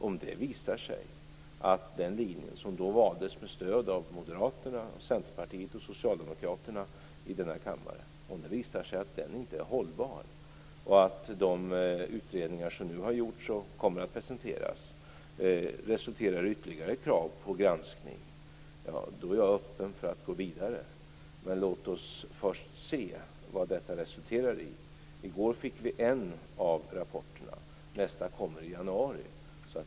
Om det visar sig att den linje som då valdes, med stöd av Moderaterna, Centerpartiet och Socialdemokraterna i denna kammare, inte är hållbar och att de utredningar som nu har gjorts och kommer att presenteras resulterar i ytterligare krav på granskning är jag öppen för att gå vidare. Men låt oss först se vad detta resulterar i. I går fick vi en av rapporterna. Nästa kommer i januari.